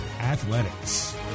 Athletics